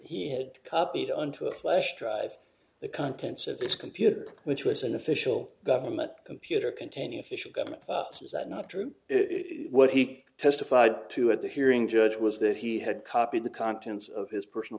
he had copied onto a flash drive the contents of his computer which was an official government computer containing official government says that not true if what he testified to at the hearing judge was that he had copied the contents of his personal